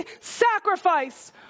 sacrifice